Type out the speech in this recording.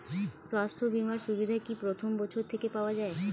স্বাস্থ্য বীমার সুবিধা কি প্রথম বছর থেকে পাওয়া যায়?